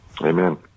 Amen